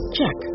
Check